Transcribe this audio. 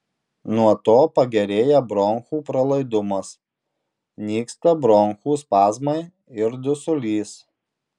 nuo to pagerėja bronchų pralaidumas nyksta bronchų spazmai ir dusulys